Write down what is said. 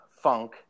funk